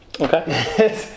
Okay